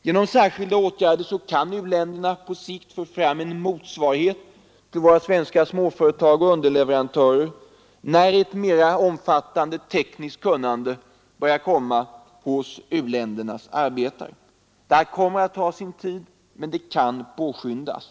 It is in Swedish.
Genom särskilda åtgärder kan u-länderna på sikt få fram en motsvarighet till våra svenska småföretag och underleverantörer när ett mera omfattande tekniskt kunnande börjar komma hos u-ländernas arbetare. Det kommer att ta sin tid, men det kan påskyndas.